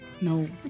No